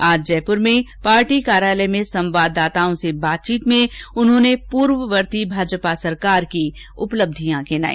आज जयपुर में पार्टी कार्यालय में संवाददाताओं से बातचीत में उन्होंने पूर्ववर्ती भाजपा सरकार की उपलब्धियां गिनाई